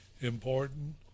important